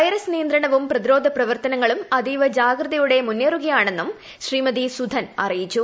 virus നിയന്ത്രണവും പ്രതിരോധ പ്രവർത്തന ങ്ങളും അതീവ ജാഗ്രതയോടെ മുന്നേറുകയാണെന്നും ശ്രൂീമതി സുധൻ അറിയിച്ചു